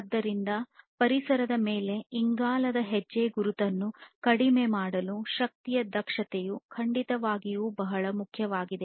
ಆದ್ದರಿಂದ ಪರಿಸರದ ಮೇಲೆ ಇಂಗಾಲದ ಹೆಜ್ಜೆಗುರುತನ್ನು ಕಡಿಮೆ ಮಾಡಲು ಶಕ್ತಿಯ ದಕ್ಷತೆಯು ಖಂಡಿತವಾಗಿಯೂ ಬಹಳ ಮುಖ್ಯವಾಗಿದೆ